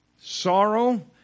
sorrow